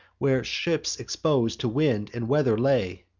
where ships expos'd to wind and weather lay.